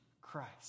Christ